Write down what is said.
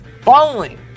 Following